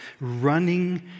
running